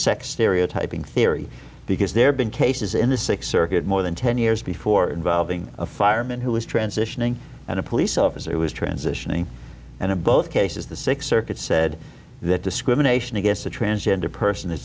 sex stereotyping theory because there have been cases in the six circuit more than ten years before involving a fireman who was transitioning and a police officer was transitioning and of both cases the sixth circuit said that discrimination against a transgender person is